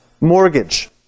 mortgage